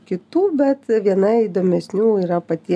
kitų bet viena įdomesnių yra pati